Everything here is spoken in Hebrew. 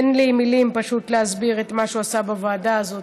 אין לי מילים פשוט להסביר את מה שהוא עשה בוועדה הזאת,